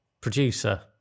producer